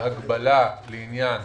ההגבלה לעניין